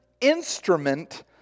instrument